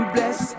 Bless